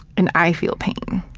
and i feel pain.